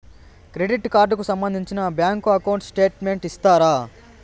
Credit card కు సంబంధించిన bank account statement ఇస్తారా?